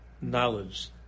knowledge